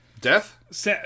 Death